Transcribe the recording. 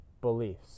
beliefs